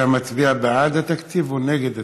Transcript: אתה מצביע בעד התקציב או נגד התקציב?